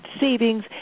savings